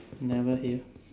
never hear